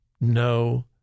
No